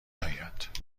آید